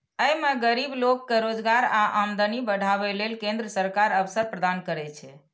अय मे गरीब लोक कें रोजगार आ आमदनी बढ़ाबै लेल केंद्र सरकार अवसर प्रदान करै छै